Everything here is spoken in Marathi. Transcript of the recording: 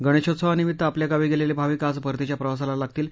गणेशोत्सवानिमित्त आपल्या गावी गेलेले भाविक आज परतीच्या प्रवासाला लागतील